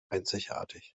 einzigartig